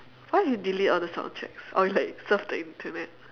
what if you delete all the sound tracks or you like surf the internet